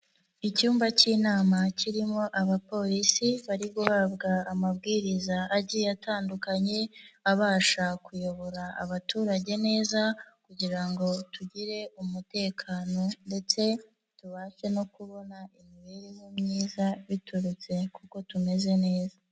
Icyumba cy'inama kirimo abapolisi bari guhabwa amabwiriza agiye atandukanye, abasha kuyobora abaturage neza kugira ngo tugire umutekano ndetse tubashe no kubona imibereho myiza biturutse kuko tumeze neza.